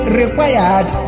required